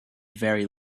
very